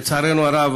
לצערנו הרב,